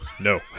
No